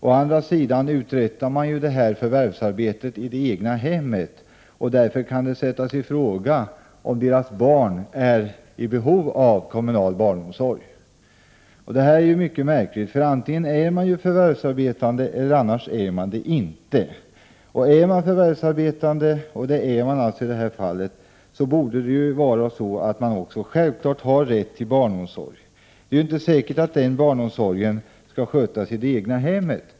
Å andra sidan säger statsrådet att dessa dagbarnvårdare utför detta förvärvsarbete i det egna hemmet och att det därför kan ifrågasättas om deras barn är i behov av kommunal barnomsorg. Detta är mycket märkligt. Antingen är man förvärvsarbetande, eller också är man det inte. Är man förvärvsarbetande — och det är man alltså i det här fallet — bör man självfallet ha rätt till barnomsorg. Det är inte säkert att den barnomsorgen skall skötas i det egna hemmet.